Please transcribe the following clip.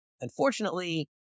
Unfortunately